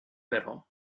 però